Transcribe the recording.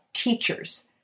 Teachers